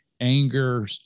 anger